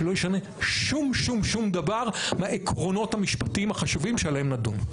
שלא ישנה שום דבר מהעקרונות המשפטיים החשובים שעליהם נדון.